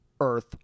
earth